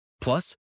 Plus